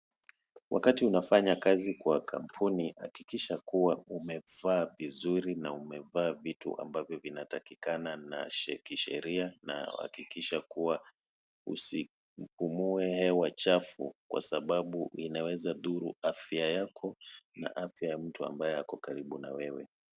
Wakati unafanya kazi kwa kampuni, hakikisha ya kuwa umevaa vizuri na umevaa vitu zinazotakikana kisheria, Unatakiwa na nafsi ya kisheria na uhakikisha kuwa usipumue hewa chafu kwa sababu inaweza dhuru afya yako na afya ya mtu ambaye ako karibu naye.